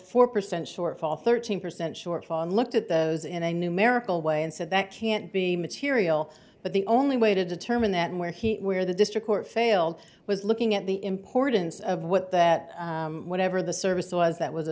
four percent shortfall thirteen percent shortfall and looked at those in a numerical way and said that can't be material but the only way to determine that where he where the district court failed was looking at the importance of what that whatever the service was that was a